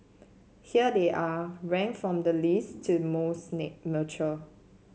here they are ranked from the least to most mature